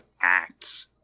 acts